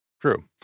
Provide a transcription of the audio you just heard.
True